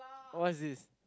what's this